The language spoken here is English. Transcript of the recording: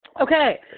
Okay